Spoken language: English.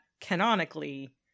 canonically